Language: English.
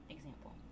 Example